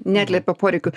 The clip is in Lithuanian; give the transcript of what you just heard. neatliepia poreikių